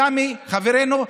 סמי חברנו,